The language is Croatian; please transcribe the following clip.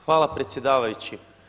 Hvala predsjedavajući.